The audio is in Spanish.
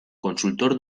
consultor